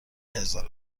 هزار